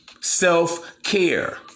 self-care